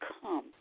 come